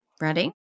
Ready